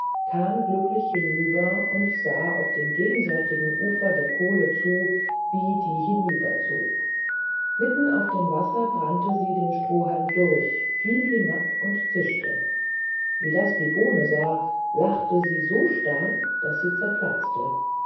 kam glücklich hinüber und sah auf dem gegenseitigen ufer der kohle zu wie die herüberzog mitten auf dem wasser brannte sie den strohhalm durch fiel hinab und zischte wie das die bohne sah lachte sie so stark daß sie platzte